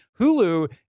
Hulu